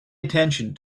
attention